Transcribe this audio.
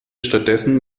stattdessen